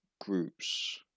groups